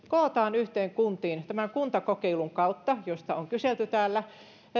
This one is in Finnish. kokoamme yhteen kuntiin tämän kuntakokeilun kautta josta on kyselty täällä